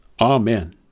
Amen